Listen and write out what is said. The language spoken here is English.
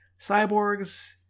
cyborgs